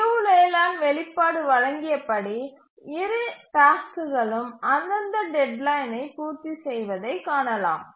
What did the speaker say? லியு Leland வெளிப்பாடு வழங்கியபடி இரு டாஸ்க்குகளும் அந்தந்த டெட்லைனை பூர்த்தி செய்வதைக் காணலாம்